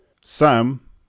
Sam